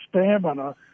stamina